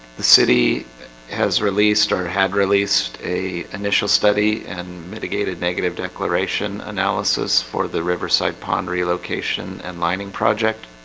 the city has released or had released a initial study and mitigated negative declaration analysis for the riverside pond relocation and lining project